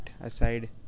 aside